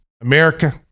America